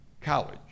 college